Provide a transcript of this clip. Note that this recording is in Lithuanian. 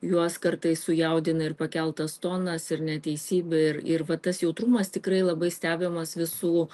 juos kartais sujaudina ir pakeltas tonas ir neteisybė ir ir va tas jautrumas tikrai labai stebimas visų